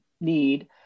need